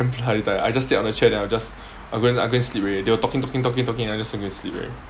tired I just stayed on the chair then I just I go I go and sleep already they were talking talking talking talking I just down there sleep already